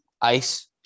Ice